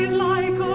live,